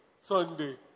Sunday